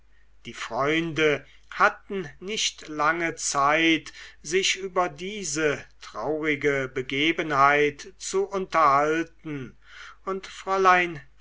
die freunde hatten nicht lange zeit sich über diese traurige begebenheit zu unterhalten und fräulein